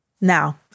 Now